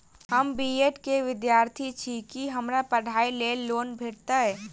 हम B Ed केँ विद्यार्थी छी, की हमरा पढ़ाई लेल लोन भेटतय?